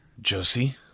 Josie